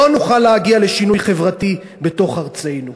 לא נוכל להגיע לשינוי חברתי בתוך ארצנו.